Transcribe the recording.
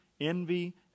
envy